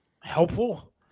helpful